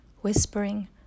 whispering